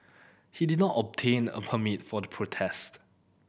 he did not obtain a permit for the protest